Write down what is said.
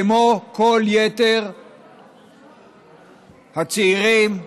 כמו כל יתר הצעירים היהודים,